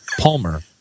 Palmer